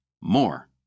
more